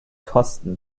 kosten